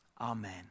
Amen